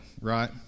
right